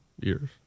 years